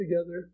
together